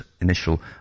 initial